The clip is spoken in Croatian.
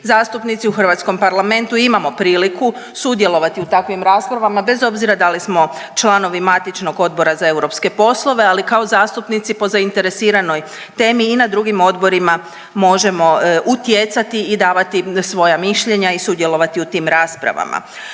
zastupnici u Hrvatskom parlamentu imamo priliku sudjelovati u takvim raspravama bez obzira da li smo članovi matičnog Odbora za europske poslove, ali kao zastupnici po zainteresiranoj temi i na drugim odborima možemo utjecati i davati svoja mišljenja i sudjelovati u tim raspravama.